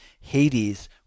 Hades